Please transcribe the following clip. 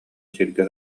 сиргэ